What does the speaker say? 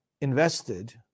invested